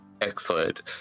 Excellent